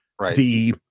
right